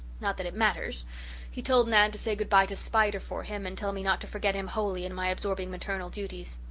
not that it matters he told nan to say good-bye to spider for him and tell me not to forget him wholly in my absorbing maternal duties.